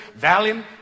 Valium